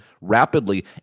rapidly